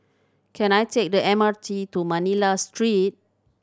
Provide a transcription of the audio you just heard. can I take the M R T to Manila Street